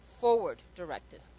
Forward-directed